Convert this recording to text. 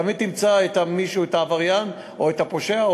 תמיד תמצא את העבריין או את הפושע,